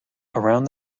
around